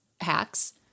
hacks